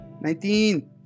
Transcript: Nineteen